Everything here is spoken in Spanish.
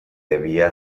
debía